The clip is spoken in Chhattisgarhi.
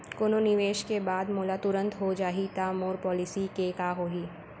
कोनो निवेश के बाद मोला तुरंत हो जाही ता मोर पॉलिसी के का होही?